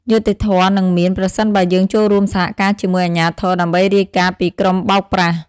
យុត្តិធម៌នឹងមាន ប្រសិនបើយើងចូលរួមសហការជាមួយអាជ្ញាធរដើម្បីរាយការណ៍ពីក្រុមបោកប្រាស់។